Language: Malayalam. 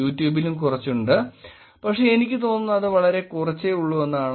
യുട്യൂബിലും കുറച്ച് ഉണ്ട് പക്ഷെ എനിക്ക് തോന്നുന്നത് അത് വളരെ കുറച്ചേ ഉള്ളു എന്നാണ്